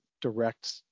direct